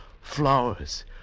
flowers